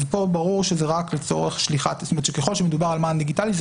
אז פה ברור שככל שמדובר על מען דיגיטלי זה